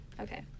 Okay